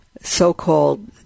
so-called